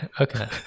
okay